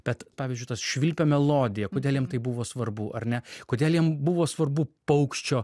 bet pavyzdžiui tas švilpio melodija kodėl jam tai buvo svarbu ar ne kodėl jam buvo svarbu paukščio